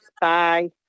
Bye